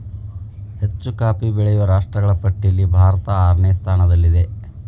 ಹೆಚ್ಚು ಕಾಫಿ ಬೆಳೆಯುವ ರಾಷ್ಟ್ರಗಳ ಪಟ್ಟಿಯಲ್ಲಿ ಭಾರತ ಆರನೇ ಸ್ಥಾನದಲ್ಲಿದೆ